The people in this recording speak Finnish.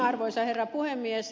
arvoisa herra puhemies